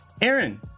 Aaron